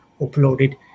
uploaded